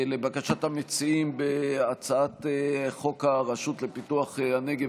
לבקשת המציעים של הצעת חוק הרשות לפיתוח הנגב,